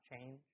change